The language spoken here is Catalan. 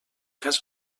cas